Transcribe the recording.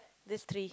these three